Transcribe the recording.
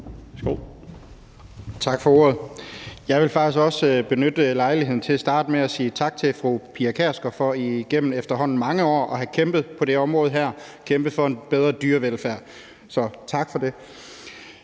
Tak for ordet. Jeg vil også benytte lejligheden til at starte med at sige sige tak til fru Pia Kjærsgaard for igennem efterhånden mange år at have kæmpet for det her område og have kæmpet for en bedre dyrevelfærd. Så tak for det.